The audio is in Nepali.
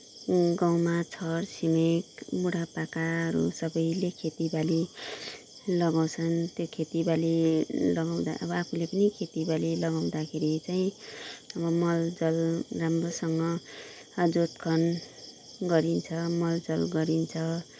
गाउँमा छर छिमेक बुढापाकाहरू सबैले खेतीबाली लगाउँछन् त्यो खेतीबाली लगाउँदा अब आफुले पनि खेतीबाली लगाउँदाखेरि चाहिँ मल जल राम्रोसँग जोत खन गरिन्छ मल जल गरिन्छ